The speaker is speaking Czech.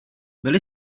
byli